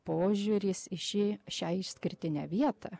požiūris į šį šią išskirtinę vietą